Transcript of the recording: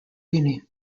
guinea